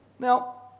Now